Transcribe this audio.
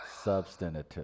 Substantive